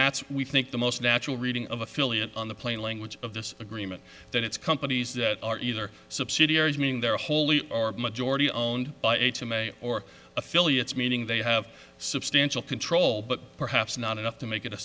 that's we think the most natural reading of affiliate on the plain language of this agreement that it's companies that are either subsidiaries meaning they're wholly majority owned by a two may or affiliates meaning they have substantial control but perhaps not enough to make it a